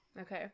Okay